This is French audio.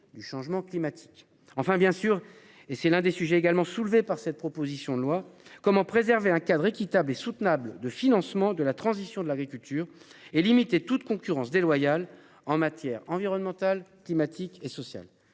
du changement climatique. Enfin bien sûr et c'est l'un des sujets également soulevée par cette proposition de loi. Comment préserver un cadre équitable et soutenable de financement de la transition de l'agriculture et limiter toute concurrence déloyale en matière environnementale climatique et sociale.